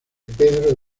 pedro